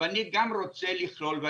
ואני גם רוצה להיכלל'.